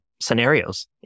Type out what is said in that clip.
scenarios